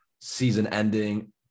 season-ending